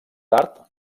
tard